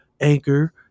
Anchor